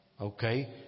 Okay